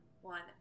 one